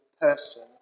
person